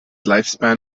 lifespan